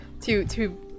To-to